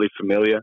familiar